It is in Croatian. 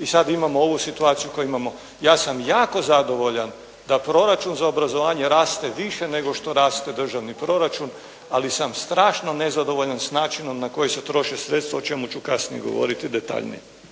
i sada imamo ovu situaciju koju imamo. Ja sam jako zadovoljan da proračun za obrazovanje raste više nego što raste državni proračun, ali sam strašno nezadovoljan s načinom na koji se troše sredstva o čemu ću kasnije govoriti detaljnije.